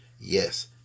Yes